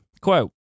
Quote